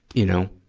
you know,